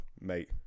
Mate